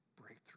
Breakthrough